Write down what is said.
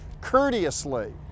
courteously